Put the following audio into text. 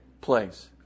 place